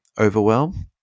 overwhelm